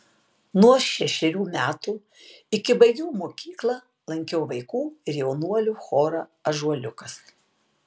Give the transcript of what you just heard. nuo šešerių metų iki baigiau mokyklą lankiau vaikų ir jaunuolių chorą ąžuoliukas